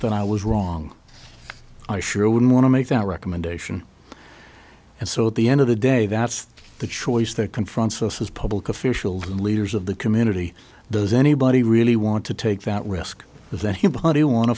that i was wrong i sure wouldn't want to make that recommendation and so at the end of the day that's the choice that confronts us as public officials and leaders of the community does anybody really want to take that risk that the human body want to